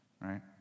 right